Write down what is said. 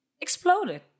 exploded